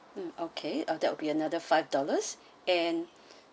mm okay uh that will be another five dollars and